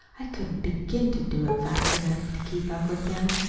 i couldn't begin to do it fast enough to keep up with him,